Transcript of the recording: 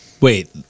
Wait